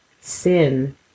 sin